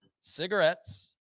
cigarettes